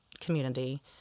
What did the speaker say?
community